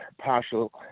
partial